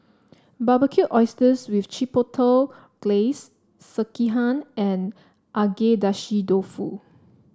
Barbecued Oysters with Chipotle Glaze Sekihan and Agedashi Dofu